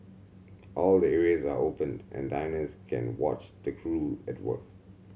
all the areas are open and diners can watch the crew at work